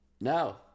No